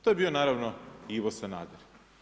To je bio naravno, Ivo Sanader.